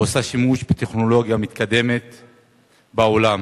ועושה שימוש בטכנולוגיה מתקדמת בעולם,